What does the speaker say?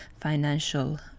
financial